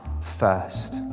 first